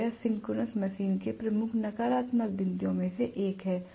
तो यह synchronous machine के प्रमुख नकारात्मक बिंदुओं में से एक है